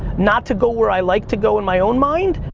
not to go where i like to go in my own mind.